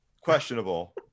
Questionable